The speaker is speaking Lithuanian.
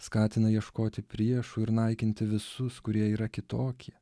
skatina ieškoti priešų ir naikinti visus kurie yra kitokie